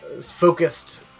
focused